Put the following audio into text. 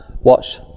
watch